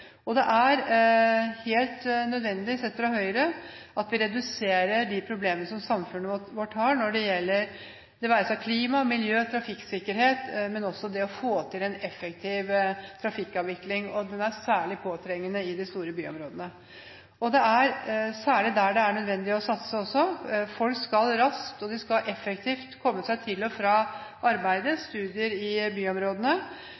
næringslivet. Det er helt nødvendig, sett fra Høyres side, at vi reduserer de problemene som samfunnet vårt har når det gjelder klima, miljø, trafikksikkerhet og det å få til en effektiv trafikkavvikling. Dette er særlig påtrengende i de store byområdene. Det er særlig der det er nødvendig å satse. Folk skal raskt og effektivt komme seg til og fra